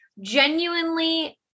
Genuinely